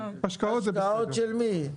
השקעות של מי?